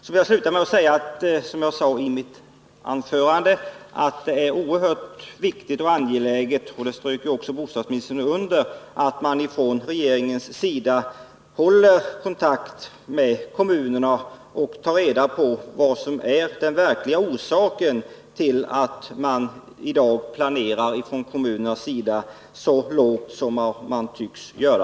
Jag vill sluta med att framhålla att det, som jag sade i mitt första anförande, är oerhört viktigt och angeläget — och det underströk också bostadsministern —-att man från regeringens sida håller kontakt med kommunerna och tar reda på vad som är den verkliga orsaken till att kommunerna planerar så lågt som de i dag tycks göra.